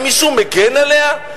האם מישהו מגן עליה?